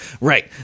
Right